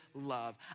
love